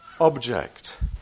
object